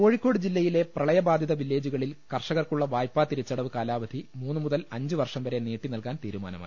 കോഴിക്കോട് ജില്ലയിലെ പ്രളയബാധിത വില്ലേജുകളിൽ കർഷ കർക്കുള്ള വായ്പാതിരിച്ചടവ് കാലാവധി മൂന്നുമുതൽ അഞ്ചു വർഷം വരെ നീട്ടിനൽകാൻ തീരുമാനമായി